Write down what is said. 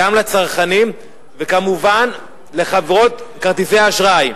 גם לצרכנים, וכמובן לחברות כרטיסי האשראי.